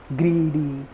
greedy